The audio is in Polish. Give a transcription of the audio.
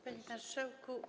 Panie Marszałku!